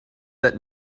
that